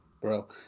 Bro